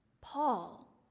Paul